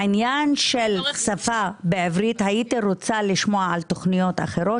העניין של שפה בעברית - הייתי רוצה לשמוע על תוכניות אחרות